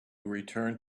return